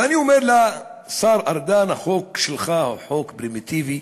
ואני אומר לשר ארדן: החוק שלך הוא חוק פרימיטיבי,